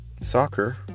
soccer